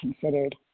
considered